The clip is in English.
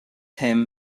him